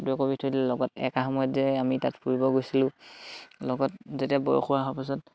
এটা সময়ত যে আমি তাত ফুৰিব গৈছিলোঁ লগত যেতিয়া বয়স হৈ অহাৰ পাছত